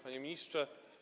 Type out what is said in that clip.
Panie Ministrze!